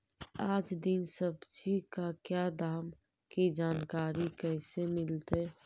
आज दीन सब्जी का क्या दाम की जानकारी कैसे मीलतय?